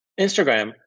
Instagram